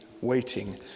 waiting